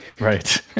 Right